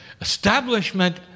Establishment